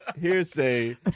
hearsay